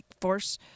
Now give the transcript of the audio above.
force